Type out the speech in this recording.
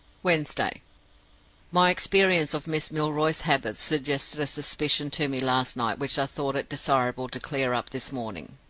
wednesday my experience of miss milroy's habits suggested a suspicion to me last night which i thought it desirable to clear up this morning.